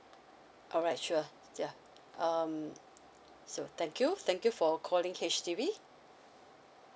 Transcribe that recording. alright sure yeuh um so thank you thank you for calling H_D_B